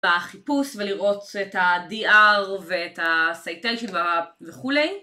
בחיפוש ולראות את ה-DR ואת ה-citation וכולי